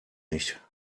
nicht